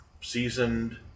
seasoned